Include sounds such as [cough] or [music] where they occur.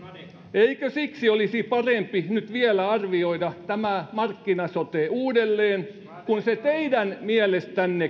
eikö siksi olisi parempi nyt vielä arvioida tämä markkina sote uudelleen kun se teidänkään mielestänne [unintelligible]